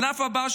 הענף הבא,